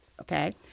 Okay